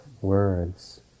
words